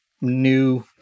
new